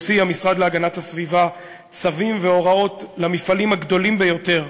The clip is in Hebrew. הוציא המשרד להגנת הסביבה צווים והוראות למפעלים הגדולים ביותר,